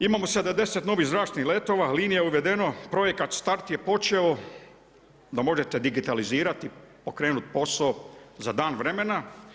Imamo sada 10 novih zračnih letova, lija uvedeno, projekat Start je počeo da možete digitalizirati, pokrenuti posao za dan vremena.